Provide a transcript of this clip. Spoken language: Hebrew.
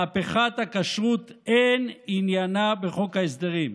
מהפכת הכשרות, אין עניינה בחוק ההסדרים.